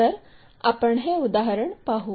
तर आपण हे उदाहरण पाहू